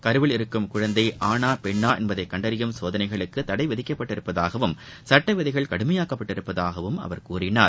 கருவில் இருக்கும் குழந்தை ஆணா பெண்ணா என்பதை கண்டறியும் சோதனைகளுக்கு தடை விதிக்கப்பட்டுள்ளதாகவும் சட்ட விதிகள் கடுமையாக்கப்பட்டுள்ளதாகவும் அவர் கூறினார்